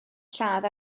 lladd